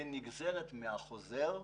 כנגזרת מהחוזר,